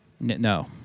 No